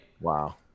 Wow